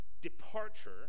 departure